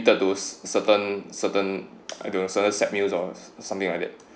to those certain certain certain set meals or something like that